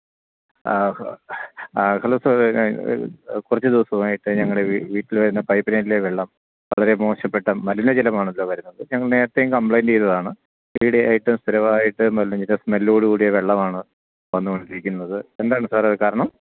ആ hello sir കുറച്ച് ദിവസം ആയിട്ട് ഞങ്ങളുടെ വീട്ടിൽ വരുന്ന പൈപ്പ് ലൈനിലെ വെള്ളം വളരെ മോശപ്പെട്ട മലിന ജലമാണല്ലോ വരുന്നത് ഞങ്ങൾ നേരത്തെയും കംപ്ലയിൻ്റ് ചെയ്തതാണ് ഈയിടെ ആയിട്ട് സ്ഥിരമായിട്ട് മലിനജലം സ്മെല്ലോട് കൂടിയ വെള്ളമാണ് വന്നുകൊണ്ടിരിക്കുന്നത് എന്താണ് സാർ അത് കാരണം